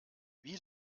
wie